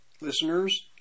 listeners